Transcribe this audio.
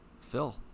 Phil